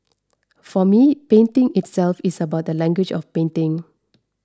for me painting itself is about the language of painting